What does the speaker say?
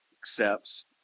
accepts